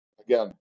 again